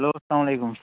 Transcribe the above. hello اسلامُ علیکُم